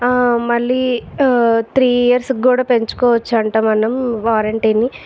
మళ్ళీ three years కి గూడ పెంచుకోవచ్చంట మనం వారెంటీ ని